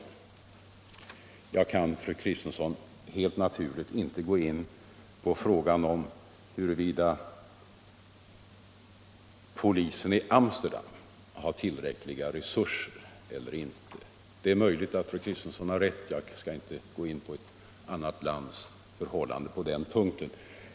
Men jag kan, fru Kristensson, inte här gå in på frågan huruvida polisen i Amsterdam har tillräckliga resurser eller inte. Det är möjligt att fru Kristenssons påstående är riktigt, men jag skall inte på den punkten diskutera ett annat lands förhållanden.